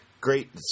Great